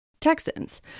Texans